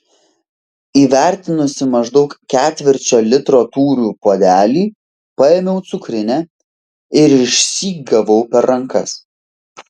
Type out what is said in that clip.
įvertinusi maždaug ketvirčio litro tūrio puodelį paėmiau cukrinę ir išsyk gavau per rankas